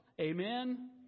Amen